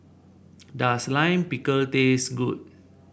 does Lime Pickle taste good